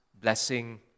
blessing